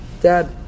Dad